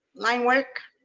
line work.